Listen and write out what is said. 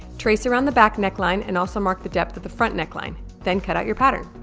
trace around the back neckline and also mark the depth of the front neckline then cut out your pattern